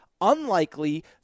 unlikely